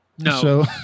No